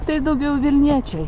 tai daugiau vilniečiai